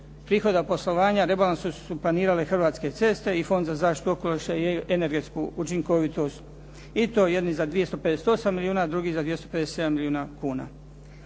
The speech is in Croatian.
prihoda poslovanja rebalansom su se planirale Hrvatske ceste i Fond za zaštitu okoliša i energetsku učinkovitost i to jedni za 258 milijuna, a drugi za 257 milijuna kuna.